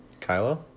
Kylo